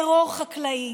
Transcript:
טרור חקלאי,